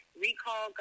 recall